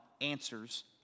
answers